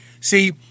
See